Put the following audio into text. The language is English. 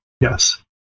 Yes